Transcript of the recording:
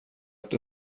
att